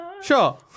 Sure